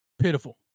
pitiful